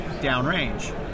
downrange